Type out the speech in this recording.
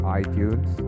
iTunes